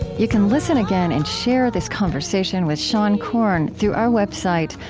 you can listen again and share this conversation with seane corn through our website,